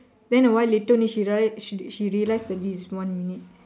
then a while later only she realise she she realised that this is one minute